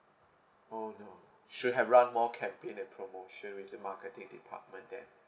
oh no should have run more campaign and promotion with the marketing department then